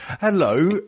Hello